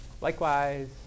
Likewise